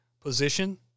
Position